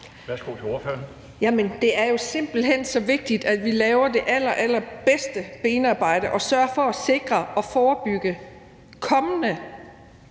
Bagge Hansen (M): Jamen det er jo simpelt hen så vigtigt, at vi laver det allerallerbedste benarbejde og sørger for at sikre og forebygge kommende